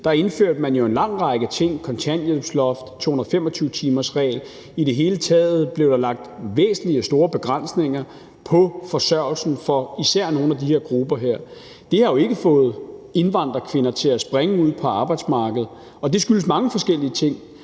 indførte en lang række ting: kontanthjælpsloftet, 225-timersreglen. I det hele taget blev der lagt væsentlige og store begrænsninger på forsørgelsen for især nogle af de her grupper. Det har jo ikke fået indvandrerkvinder til at springe ud på arbejdsmarkedet, og det skyldes mange forskellige ting.